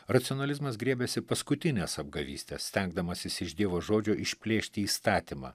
racionalizmas griebiasi paskutinės apgavystės stengdamasis iš dievo žodžio išplėšti įstatymą